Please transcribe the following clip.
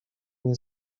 nie